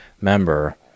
member